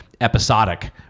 episodic